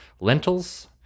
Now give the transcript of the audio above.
Lentils